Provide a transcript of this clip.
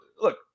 look